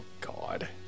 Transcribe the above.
God